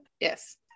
Yes